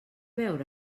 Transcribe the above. veure